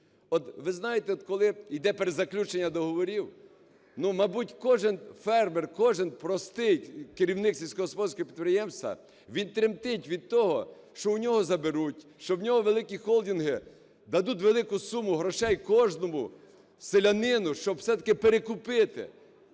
ви знаєте, коли йде перезаключення договорів, ну, мабуть, кожен фермер, кожен простий керівник сільськогосподарського підприємства, він тремтить від того, що у нього заберуть. Що у нього великі холдинги дадуть велику суму грошей кожному селянину, щоб все-таки перекупити,